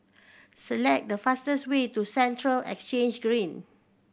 select the fastest way to Central Exchange Green